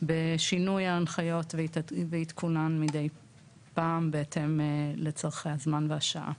בשינוי ההנחיות ועדכונם מידי פעם בהתאם לצורכי הזמן והשעה.